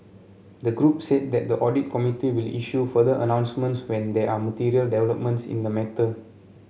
the group said that the audit committee will issue further announcements when there are material developments in the matter